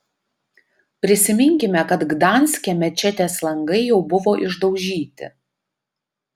prisiminkime kad gdanske mečetės langai jau buvo išdaužyti